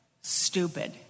stupid